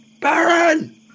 Baron